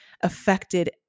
affected